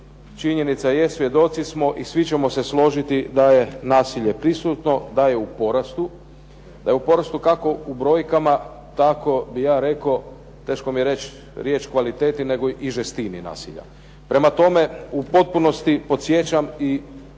činjenica jest svjedoci smo i svi ćemo se složiti da je nasilje prisutno i da je u porastu, da je u porastu kako u brojkama, tako bih ja rekao, teško mi je reći riječ kvaliteti nego i žestini nasilja. Prema tome, u potpunosti podsjećam i